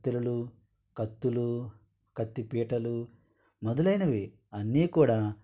కత్తెరలు కత్తులూ కత్తిపీటలు మొదలైనవి అన్నీ కూడా